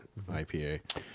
ipa